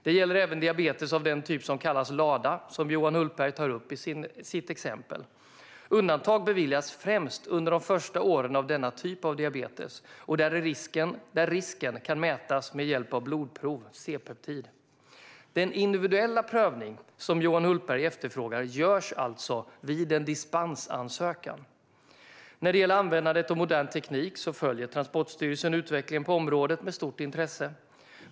Det gäller även diabetes av den typ som kallas LADA och som Johan Hultberg tar upp i sitt exempel. Undantag beviljas främst under de första åren av denna typ av diabetes och där risken kan mätas med hjälp av blodprov avseende C-peptid. Den individuella prövning Johan Hultberg efterfrågar görs alltså vid en dispensansökan. När det gäller användandet av modern teknik följer Transportstyrelsen utvecklingen på området med stort intresse.